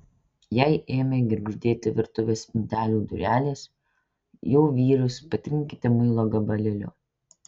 jei ėmė girgždėti virtuvės spintelių durelės jų vyrius patrinkite muilo gabalėliu